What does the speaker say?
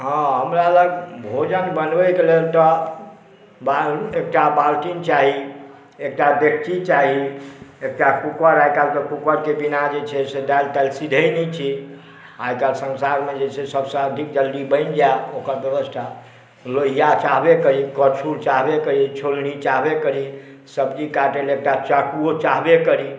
हॅं हमरा लग भोजन बनबैके लेल तँ बाल एकटा बालटीन चाही एकटा डेकची चाही एकटा कुकर आइ काल्हि कुकरके बिना जे छै दालि तालि सिझै नहि छै आइ काल्हि संसारमे जे छै सबसॅं अधिक जल्दी बनि जाइ लोहिया चाहबे करी करछुल चाहबे करी छोल्लीं चाहबे करी सब्जी काटय लए एकटा चाकूओ चाहबे करी